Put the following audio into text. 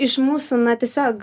iš mūsų na tiesiog